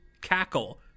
cackle